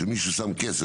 שמישהו שם כסף.